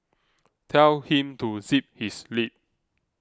tell him to zip his lip